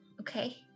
Okay